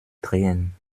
drehen